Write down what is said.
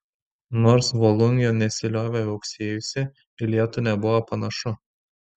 nors volungė nesiliovė viauksėjusi į lietų nebuvo panašu